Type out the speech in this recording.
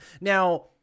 now